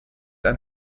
ein